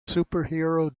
superhero